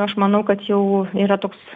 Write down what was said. aš manau kad jau yra toks